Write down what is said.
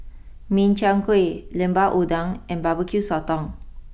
Min Chiang Kueh Lemper Udang and barbecue Sotong